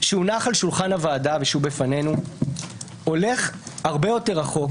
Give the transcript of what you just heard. שהונח על שולחן הוועדה ושהוא בפנינו הולך הרבה יותר רחוק